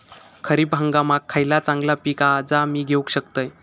खरीप हंगामाक खयला चांगला पीक हा जा मी घेऊ शकतय?